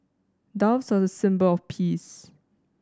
doves are a symbol of peace